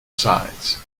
sides